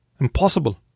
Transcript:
Impossible